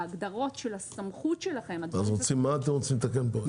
ההגדרות של הסמכות שלכם --- אז מה אתם רוצים לתקן פה?